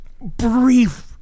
brief